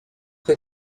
que